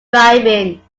driving